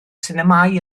sinemâu